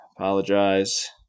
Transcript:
Apologize